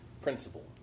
Principle